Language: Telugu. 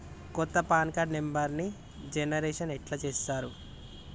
కొత్త పిన్ కార్డు నెంబర్ని జనరేషన్ ఎట్లా చేత్తరు?